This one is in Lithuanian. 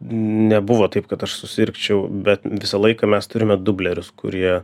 nebuvo taip kad aš susirgčiau bet visą laiką mes turime dublerius kurie